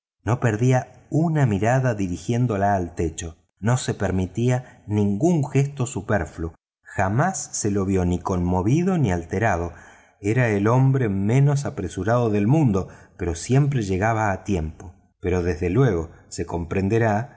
no perdía una mirada dirigiéndola al techo no se permitía ningún gesto superfluo jamás se le vio ni conmovido ni alterado era el hombre menos apresurado del mundo pero siempre llegaba a tiempo pero desde luego se comprenderá